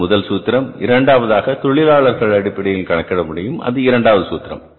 அது முதல் சூத்திரம் இரண்டாவதாக தொழிலாளர்கள் அடிப்படையில் கணக்கிட முடியும் அது இரண்டாவது சூத்திரம்